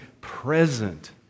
present